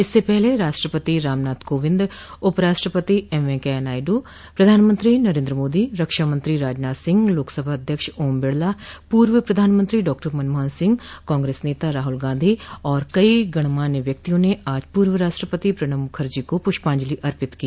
इससे पहले राष्ट्रपति रामनाथ कोविंद उपराष्ट्रपति एम वेंकैया नायडू प्रधानमंत्री नरेन्द्र मोदी रक्षामंत्री राजनाथ सिंह लोकसभा अध्यक्ष ओम बिड़ला पूर्व प्रधानमंत्री डॉ मनमोहन सिह कांग्रेस नेता राहुल गांधी और कई गणमान्य व्यक्तियों ने आज पूर्व राष्ट्रपति प्रणब मुखर्जी को पुष्पांजलि अर्पित की